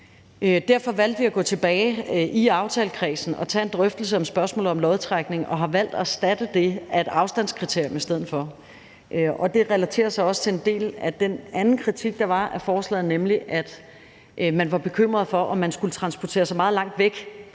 Derfor valgte vi at gå tilbage i aftalekredsen og tage en drøftelse af spørgsmålet om lodtrækning og har valgt at erstatte det med et afstandskriterium i stedet for. Kl. 15:42 Det relaterer sig også til en del af den anden kritik af forslaget, der var, nemlig at der var en bekymring for, at man skulle transportere sig meget langt væk,